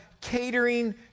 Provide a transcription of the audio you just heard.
catering